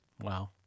Wow